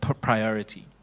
priority